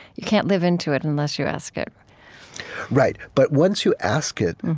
you can't live into it unless you ask it right. but once you ask it,